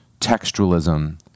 textualism